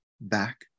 back